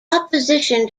opposition